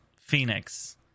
Phoenix